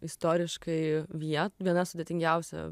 istoriškai vie viena sudėtingiausių